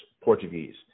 Portuguese